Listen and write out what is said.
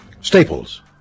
Staples